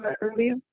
earlier